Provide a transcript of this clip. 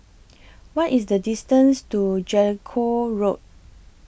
What IS The distances to Jellicoe Road